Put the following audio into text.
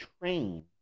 train